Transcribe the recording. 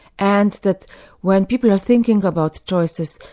and that when people are thinking about choices,